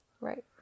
Right